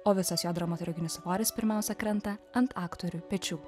o visas jo dramaturginis svoris pirmiausia krenta ant aktorių pečių